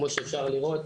כמו שאפשר לראות,